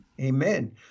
Amen